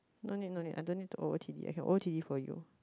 no need no need I don't need to o_o_t_d I can o_o_t_d for you